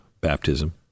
baptism